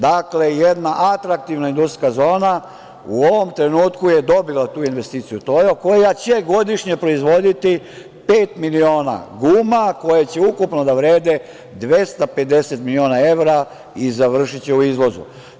Dakle, jedna atraktivna industrijska zona u ovom trenutku je dobila tu investiciju "Tojo" koja će godišnje proizvoditi pet miliona guma, koje će ukupno da vrede 250 miliona evra i završiće u izvozu.